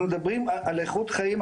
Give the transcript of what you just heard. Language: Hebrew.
אנחנו מדברים על איכות חיים.